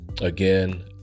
again